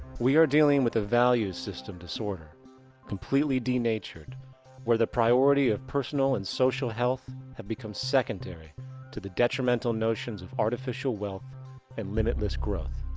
we are dealing with a value system disorder completely denatured where the priority of personal and social health have become secondary to the detrimental notions of artificial wealth and limitless growth.